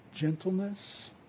gentleness